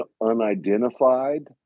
unidentified